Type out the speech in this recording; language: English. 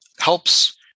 helps